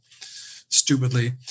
stupidly